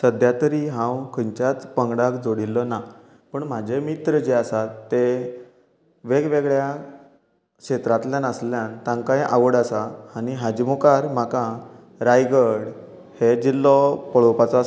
सद्या तरी हांव खंयच्याच पंगडाक जोडिल्लो पूण म्हाजें मित्र जें आसात तें वेग वेगळ्या क्षेत्रांतल्यान आशिल्ल्यान तांकांय आवड आसा आनी हाजें मुखार म्हाका रायगड हें जिल्लो पळोवपाचो आसा